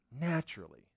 naturally